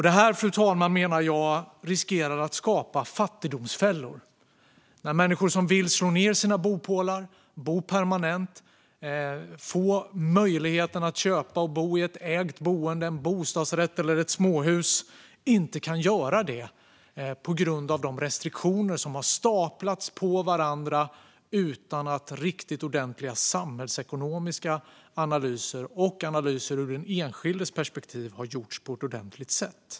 Det här, fru talman, menar jag riskerar att skapa fattigdomsfällor då människor som vill slå ned sina bopålar, bo permanent och få möjligheten att köpa och bo i ett ägt boende - en bostadsrätt eller ett småhus - inte kan göra det på grund av de restriktioner som har staplats på varandra utan att riktigt ordentliga samhällsekonomiska analyser och analyser ur den enskildes perspektiv har gjorts.